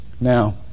Now